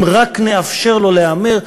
אם רק נאפשר לו להמר,